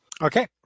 Okay